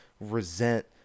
resent